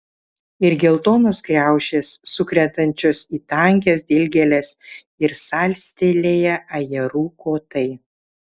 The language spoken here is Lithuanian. ir geltonos kriaušės sukrentančios į tankias dilgėles ir salstelėję ajerų kotai